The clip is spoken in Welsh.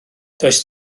does